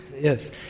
Yes